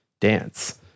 dance